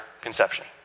conception